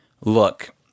look